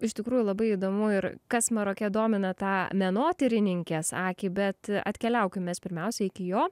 iš tikrųjų labai įdomu ir kas maroke domina tą menotyrininkės akį bet atkeliaukim mes pirmiausiai iki jo